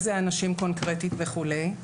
איזה אנשים קונקרטית וכולי.